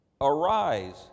Arise